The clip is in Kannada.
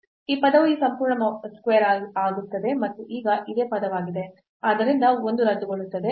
ಈ ಪದವು ಈ ಸಂಪೂರ್ಣ square ಆಗುತ್ತದೆ ಮತ್ತು ಈಗ ಇದೇ ಪದವಾಗಿದೆ ಆದ್ದರಿಂದ ಒಂದು ರದ್ದುಗೊಳ್ಳುತ್ತದೆ